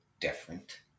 different